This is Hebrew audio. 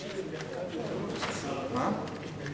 אדוני